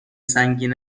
سنگین